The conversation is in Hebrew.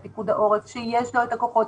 את פיקוד העורף שיש לו את הכוחות,